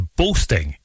boasting